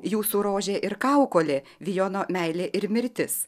jūsų rožė ir kaukolė vijono meilė ir mirtis